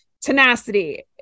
tenacity